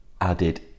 added